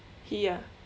he ah